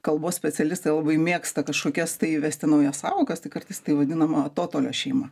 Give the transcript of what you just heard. kalbos specialistai labai mėgsta kažkokias tai įvesti naujas sąvokas tai kartais tai vadinama atotolio šeima